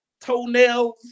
toenails